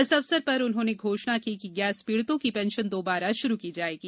इस अवसर पर उन्होंने घोषणा की कि गैस पीड़िताओं की पेंशन दोबारा शुरू की जाएगी